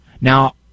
Now